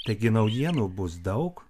taigi naujienų bus daug